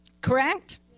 correct